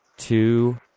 Two